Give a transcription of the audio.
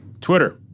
Twitter